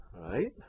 Right